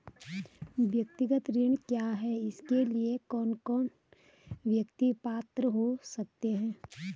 व्यक्तिगत ऋण क्या है इसके लिए कौन कौन व्यक्ति पात्र हो सकते हैं?